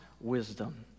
wisdom